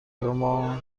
شما